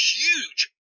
huge